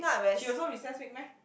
she also recess week meh